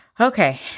Okay